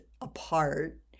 apart